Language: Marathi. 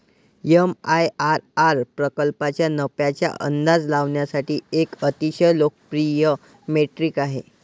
एम.आय.आर.आर प्रकल्पाच्या नफ्याचा अंदाज लावण्यासाठी एक अतिशय लोकप्रिय मेट्रिक आहे